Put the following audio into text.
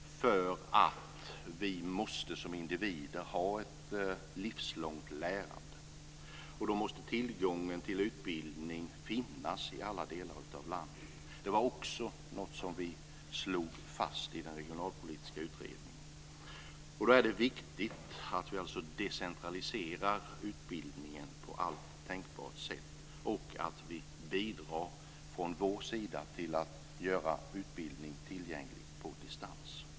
Vi måste som individer ha ett livslångt lärande. Då måste tillgången till utbildning finnas i alla delar av landet. Det var också något som vi slog fast i den regionalpolitiska utredningen. Då är det viktigt att vi decentraliserar utbildningen på allt tänkbart sätt och att vi bidrar från vår sida till att göra utbildning tillgänglig på distans.